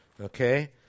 okay